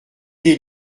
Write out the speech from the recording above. des